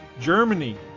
Germany